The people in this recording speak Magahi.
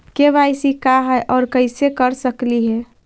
के.वाई.सी का है, और कैसे कर सकली हे?